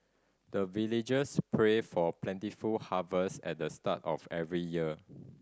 the villagers pray for plentiful harvest at the start of every year